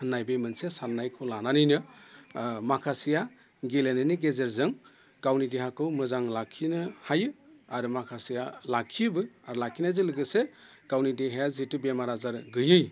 होननाय बे मोनसे साननायखौ लानानैनो माखासेया गेलेनायनि गेजेरजों गावनि देहाखौ मोजां लाखिनो हायो आरो माखासेया लाखियोबो आरो लाखिनायजों लोगोसे गावनि देहाया जिथु बेमार आजार गैयै